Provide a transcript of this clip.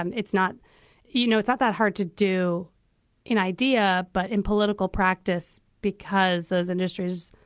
um it's not you know, it's not that hard to do an idea. but in political practice, because those industries,